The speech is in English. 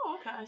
okay